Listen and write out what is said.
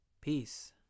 Peace